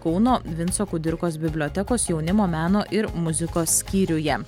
kauno vinco kudirkos bibliotekos jaunimo meno ir muzikos skyriuje